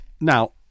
Now